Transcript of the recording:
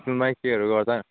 स्कुलमै केहरू गर्दा नि